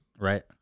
right